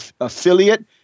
affiliate